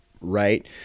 right